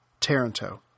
Taranto